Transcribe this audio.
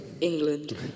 England